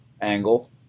Angle